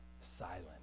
silent